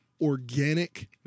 organic